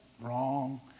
wrong